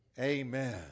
amen